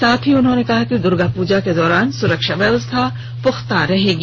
साथ ही उन्होंने कहा कि द्र्गापूजा के दौरान सुरक्षा व्यवस्था पूख्ता रहेगी